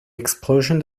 explosion